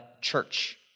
church